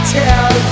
tell